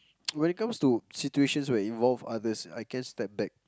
when it comes to situation where involve others I can step back